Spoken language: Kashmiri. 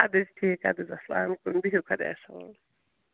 اَدٕ حظ ٹھیٖک اَدٕ حظ اَسلام علیکُم بِہِو خۄدایَس حوال